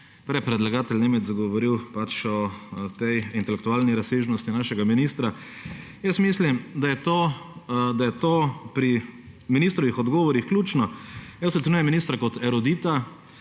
predlagatelj Nemec govoril o tej intelektualni razsežnosti našega ministra. Jaz mislim, da je to pri ministrovih odgovorih ključno. Jaz ocenjujem ministra kot erudita,